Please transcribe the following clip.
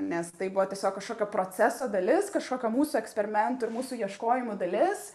nes tai buvo tiesiog kažkokio proceso dalis kažkokio mūsų eksperimentų ir mūsų ieškojimų dalis